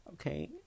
Okay